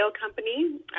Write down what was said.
company